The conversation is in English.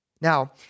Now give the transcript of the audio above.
Now